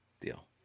deal